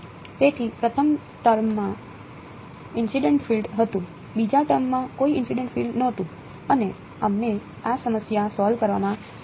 તેથી પ્રથમ ટર્મમાં ઇનસિડેન્ટ ફીલ્ડ જોઈએ છે